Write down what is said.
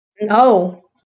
No